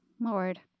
Lord